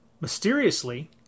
Mysteriously